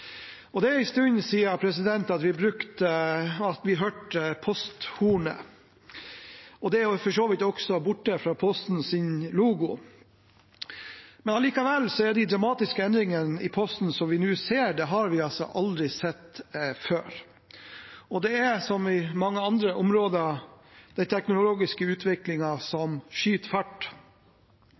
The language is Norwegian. Det er en stund siden vi hørte posthornet, og det er også borte fra Postens logo. Allikevel, de dramatiske endringene i Posten som vi nå ser, har vi aldri sett før. Det er, som på mange andre områder, den teknologiske utviklingen som skyter fart.